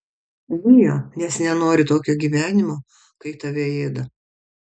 bijo nes nenori tokio gyvenimo kai tave ėda